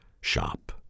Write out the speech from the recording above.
shop